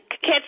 catch